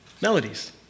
Melodies